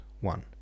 one